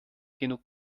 genug